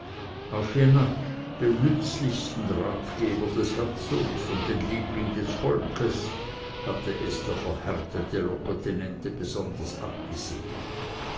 auf jenatsch den nützlichsten ratgeber des herzogs und den liebling des volkes hatte es der verhärtete locotenente besonders abgesehen